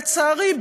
לצערי,